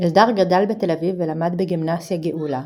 אלדר גדל בתל אביב ולמד בגימנסיה גאולה.